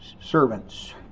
servants